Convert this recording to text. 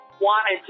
wanted